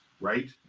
right